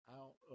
out